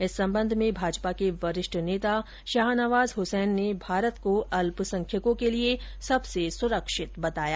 इस संबंध में भाजपा के वरिष्ठ नेता शाहनवाज हुसैन ने भारत को अल्पसंख्यकों के लिए सबसे सुरक्षित बताया